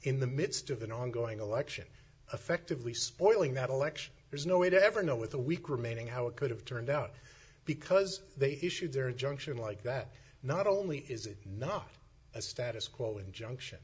in the midst of an ongoing election affectively spoiling that election there's no way to ever know with a week remaining how it could have turned out because they issued their junction like that not only is it not a status quo injunction